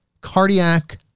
cardiac